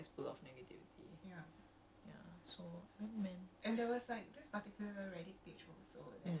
ya that's the thing that's the thing I've I've just heard it heard about it like in terms of it being a cesspool of negativity